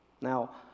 Now